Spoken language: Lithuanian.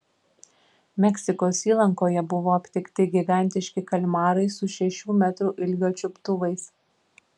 meksikos įlankoje buvo aptikti gigantiški kalmarai su šešių metrų ilgio čiuptuvais